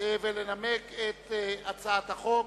ולנמק את הצעת החוק.